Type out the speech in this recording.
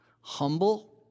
humble